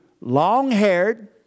long-haired